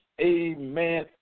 Amen